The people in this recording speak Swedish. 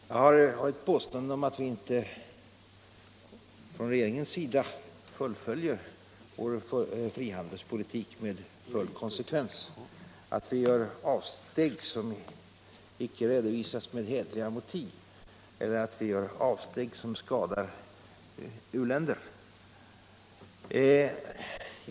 Det har varit påståenden om att regeringen inte fullföljer vår frihandelspolitik med full konsekvens, att vi gör avsteg som icke redovisas med hederliga motiv eller gör avsteg som skadar u-länder.